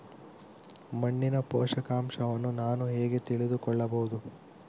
ಮಣ್ಣಿನ ಪೋಷಕಾಂಶವನ್ನು ನಾನು ಹೇಗೆ ತಿಳಿದುಕೊಳ್ಳಬಹುದು?